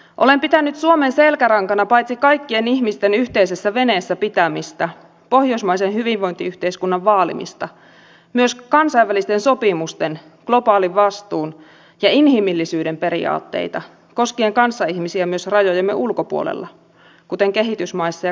olen pitänyt suomen selkärankana paitsi kaikkien ihmisten yhteisessä veneessä pitämistä pohjoismaisen hyvinvointiyhteiskunnan vaalimista myös kansainvälisten sopimusten globaalin vastuun ja inhimillisyyden periaatteita koskien kanssaihmisiä myös rajojemme ulkopuolella kuten kehitysmaissa ja kriisialueilla